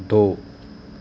ਦੋ